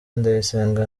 ndayisenga